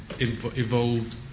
evolved